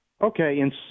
Okay